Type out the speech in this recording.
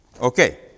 okay